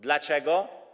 Dlaczego?